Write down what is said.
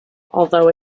although